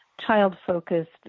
child-focused